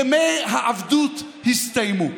ימי העבדות הסתיימו.